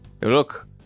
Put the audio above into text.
Look